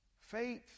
faith